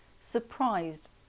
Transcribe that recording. surprised